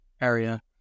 area